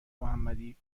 محمدی